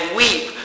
weep